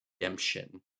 redemption